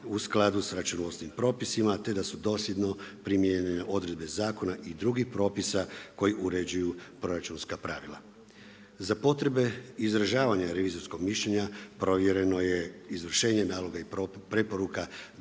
u skladu sa računovodstvenim propisima te da su dosljedno primijenjene odredbe zakona i drugih propisa koji uređuju proračunska pravila. Za potrebe izražavanja revizorskog mišljenja provjereno je izvršenje naloga i preporuka